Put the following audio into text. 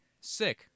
Sick